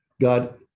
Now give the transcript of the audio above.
God